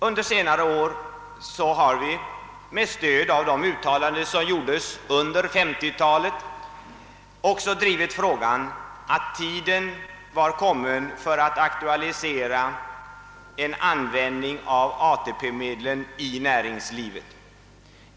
Under senare år har vi med stöd av de uttalanden som gjordes under 1950 talet vidare drivit frågan att tiden var kommen att aktualisera en användning av ATP-medlen i näringslivet.